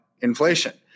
inflation